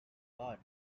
god